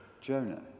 Jonah